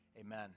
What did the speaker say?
Amen